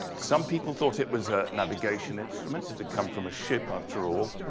some people thought it was a navigation instrument. it did come from a ship, after all.